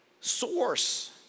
source